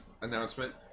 announcement